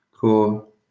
Cool